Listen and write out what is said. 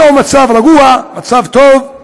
היום המצב רגוע, המצב טוב,